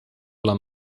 alla